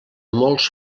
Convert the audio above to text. molts